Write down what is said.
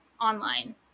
online